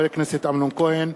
מאת חבר הכנסת אמנון כהן,